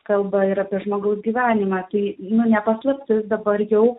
kalba yra apie žmogaus gyvenimą tai nu ne paslaptis dabar jau